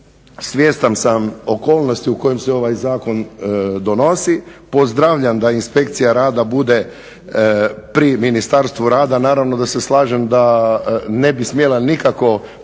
svjestan sam okolnosti u kojima se ovaj zakon donosi. Pozdravljam da Inspekcija rada bude pri Ministarstvu rada. Naravno da se slažem da ne bi smjela nikako